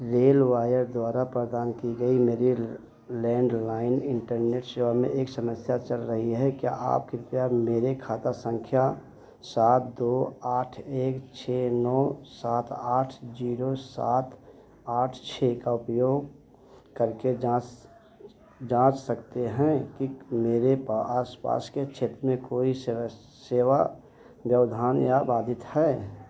RailWire द्वारा प्रदान की गई मेरी लैंडलाइन इंटरनेट सेवा में एक समस्या चल रही है क्या आप कृपया मेरे खाता संख्या सात दो आठ एक छः नौ सात आठ जीरो सात आठ छः का उपयोग करके जाँच जाँच सकते हैं कि मेरे आसपास के क्षेत्र में कोई सेवा व्यवधान या बाधित है